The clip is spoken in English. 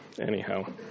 Anyhow